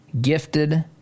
gifted